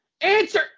Answer